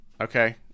okay